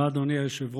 תודה, אדוני היושב-ראש.